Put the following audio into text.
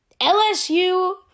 LSU